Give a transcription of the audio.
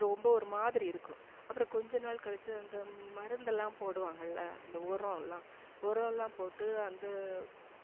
ரொம்ப ஒரு மாதிரி இருக்கும் அப்புறம் கொஞ்ச நாள் கழிச்சு அந்த மருந்தெல்லாம் போடுவாங்கள்ல அந்த உரம் எல்லாம் உரம் எல்லாம் போட்டு அந்த